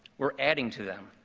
we are adding to them.